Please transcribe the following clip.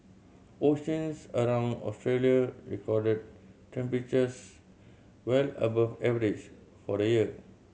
oceans around Australia recorded temperatures well above average for the year